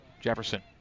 Jefferson